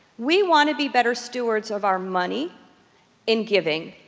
we wanna be better stewards of our money in giving.